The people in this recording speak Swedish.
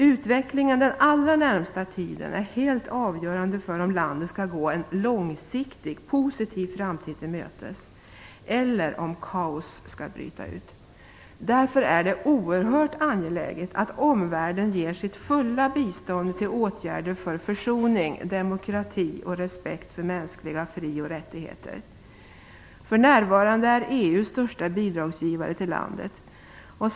Utvecklingen den allra närmaste tiden är helt avgörande för om landet skall gå en långsiktigt positiv framtid till mötes eller om kaos skall bryta ut. Därför är det oerhört angeläget att omvärlden ger sitt fulla bistånd till åtgärder för försoning, demokrati och respekt för mänskliga fri och rättigheter. För närvarande är EU största bidragsgivare till landet.